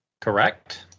Correct